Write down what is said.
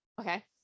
okay